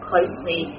closely